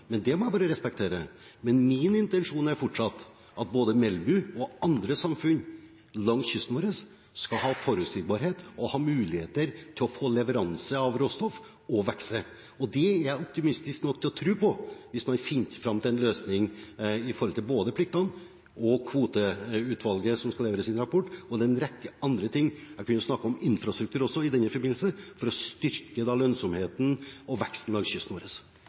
Det må jeg bare respektere, men min intensjon er fortsatt at både Melbu og andre samfunn langs kysten vår skal ha forutsigbarhet og ha muligheter til å få leveranse av råstoff og vokse. Det er jeg optimistisk nok til å tro på hvis man finner fram til en løsning med tanke på både pliktene og kvoteutvalget som skal levere sin rapport, og en rekke andre ting. Jeg kunne i den forbindelse også snakket om infrastruktur for å styrke lønnsomheten og veksten langs kysten vår.